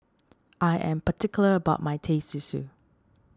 I am particular about my Teh Susu